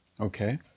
okay